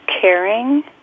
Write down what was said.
caring